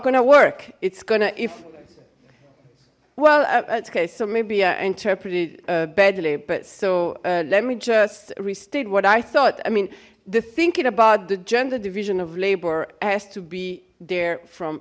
gonna work it's gonna if well okay so maybe i interpreted badly but so let me just restate what i thought i mean the thinking about the gendered division of labor has to be there from